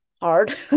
hard